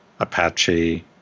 Apache